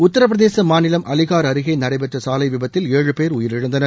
உத்திரபிரதேச மாநிலம் அலிகார் அருகே நடைபெற்ற சாலை விபத்தில் ஏழு பேர் உயிரிழந்தனர்